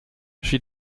she